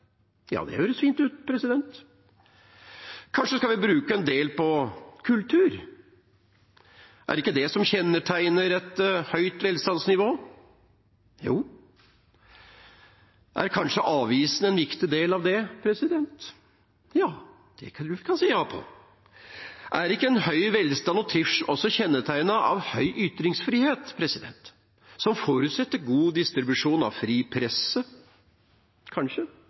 Ja, det høres fint ut. Kanskje skal vi bruke en del på kultur, er det ikke det som kjennetegner et høyt velstandsnivå? Jo. Er kanskje avisene en viktig del av det? Ja, det kan vi svare ja på. Er ikke en høy velstand og trivsel også kjennetegnet av høy grad av ytringsfrihet, som forutsetter god distribusjon av fri presse? Jo, kanskje